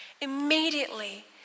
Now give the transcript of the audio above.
immediately